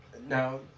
Now